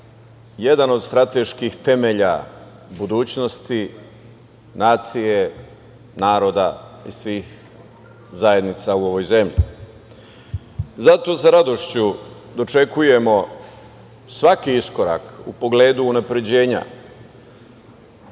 jedan od strateških temelja budućnosti nacije, naroda i svih zajednica u ovoj zemlji. Zato sa radošću dočekujemo svaki iskorak u pogledu unapređenja